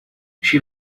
she